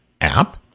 app